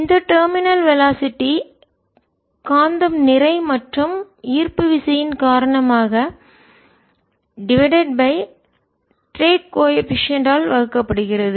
இந்த terminal velocity முனைய வேகம்காந்த நிறை மற்றும் ஈர்ப்பு விசையின் காரணமாக டிவைடட் பை டிரேக் கோஏபிசிஎன்ட் ஆல் வழங்கப்படுகிறது